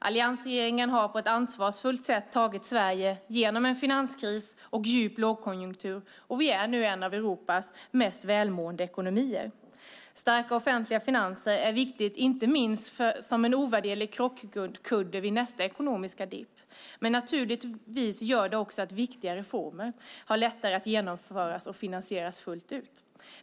Alliansregeringen har på ett ansvarsfullt sätt tagit Sverige genom en finanskris och djup lågkonjunktur, och vi är nu en av Europas mest välmående ekonomier. Starka offentliga finanser är viktiga inte minst som en ovärderlig krockkudde vid nästa ekonomiska dipp. Men naturligtvis gör de också att viktiga reformer lättare kan genomföras och finansieras fullt ut.